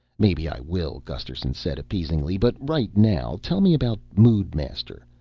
maybe i will, gusterson said appeasingly, but right now tell me about moodmaster.